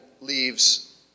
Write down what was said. leaves